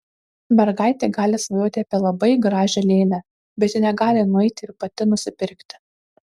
mergaitė gali svajoti apie labai gražią lėlę bet ji negali nueiti ir pati nusipirkti